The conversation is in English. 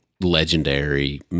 legendary